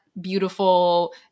beautiful